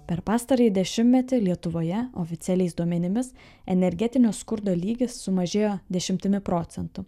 per pastarąjį dešimtmetį lietuvoje oficialiais duomenimis energetinio skurdo lygis sumažėjo dešimtimi procentų